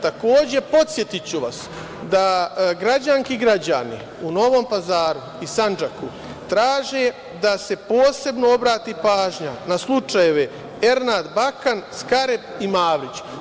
Takođe, podsetiću vas da građanke i građani u Novom Pazaru i Sandžaku traže da se posebno obrati pažnja na slučajeve Ernad Bakan, Skarep i Mavrić.